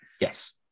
Yes